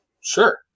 Sure